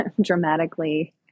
dramatically